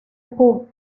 puck